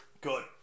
Good